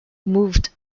moved